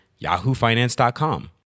yahoofinance.com